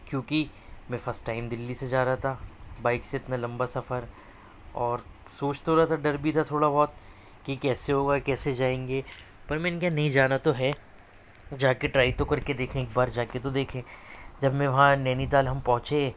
کیونکہ میں first time Delhi سے جا رہا تھا بائک سے اتنا لمبا سفر اور سوچ تو رہا تھا ڈر بھی تھا تھوڑا بہت کہ کیسے ہوگا کیسے جائینگے پر میں نے کہا نہیں جانا تو ہے جا کے ٹرائی تو کر کے دیکھیں ایک بار جا کے تو دیکھیں جب میں وہاں نینی تال ہم پہنچے